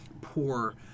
Poor